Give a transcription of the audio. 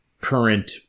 current